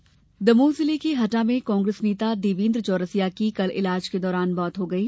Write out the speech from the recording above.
दमोह हत्या दमोह जिले के हटा में कांग्रेस नेता देवेंद्र चौरसिया की कल ईलाज के दौरान मौत हो गयी